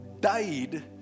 died